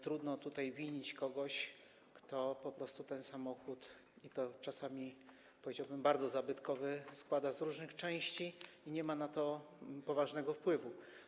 Trudno tutaj winić kogoś, kto po prostu ten samochód, i to czasami, powiedziałbym, bardzo zabytkowy, składa z różnych części i nie ma na to poważnego wpływu.